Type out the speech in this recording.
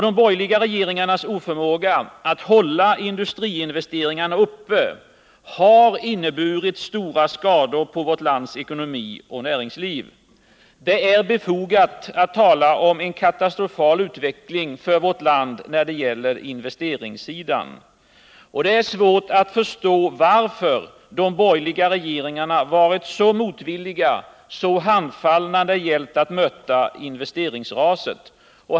De borgerliga regeringarnas oförmåga att hålla industriinvesteringarna uppe har inneburit stora skador på vårt lands ekonomi och näringsliv. Det är befogat att tala om en katastrofal utveckling för vårt land när det gäller investeringssidan, och det är svårt att förstå varför de borgerliga regeringarna varit så motvilliga och så handfallna när det gällt att möta investeringsraset.